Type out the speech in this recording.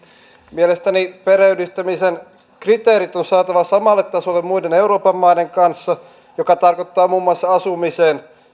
mielestäni perheenyhdistämisen kriteerit on saatava samalle tasolle muiden euroopan maiden kanssa mikä tarkoittaa muun muassa asumiseen